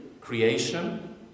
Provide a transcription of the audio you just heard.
creation